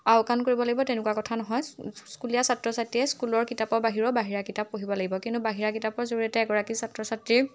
আওকাণ কৰিব লাগিব তেনেকুৱা কথা নহয় স্কুলীয়া ছাত্ৰ ছাত্ৰীয়ে স্কুলৰ কিতাপৰ বাহিৰৰ বাহিৰা কিতাপ পঢ়িব লাগিব কিন্তু বাহিৰা কিতাপৰ জৰিয়তে এগৰাকী ছাত্ৰ ছাত্ৰীৰ